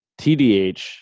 TDH